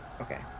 Okay